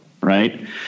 right